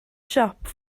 siop